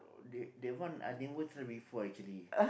they that one I never try before actually